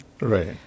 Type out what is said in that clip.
right